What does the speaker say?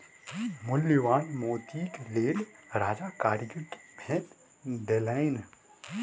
मूल्यवान मोतीक लेल राजा कारीगर के भेट देलैन